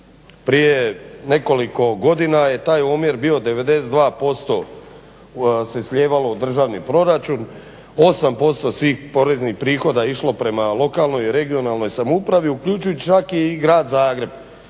prije nekoliko godina je taj omjer bio 92% se slijevalo u državni proračun,k 8% svih poreznih prihoda je išlo prema lokalnoj i regionalnoj samoupravi uključujući čak i Grad Zagreb